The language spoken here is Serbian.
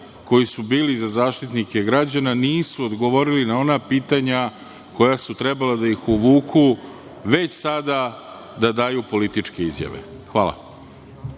koji su bili za zaštitnike građana nisu odgovorili na ona pitanja koja su trebala da ih uvuku, već sada da daju političke izjave. Hvala